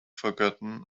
forgotten